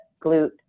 glute